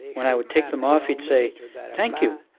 when i would take them off he'd say thank you,